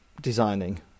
designing